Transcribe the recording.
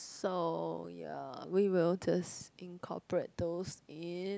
so ya we will just incorporate those in